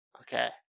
Okay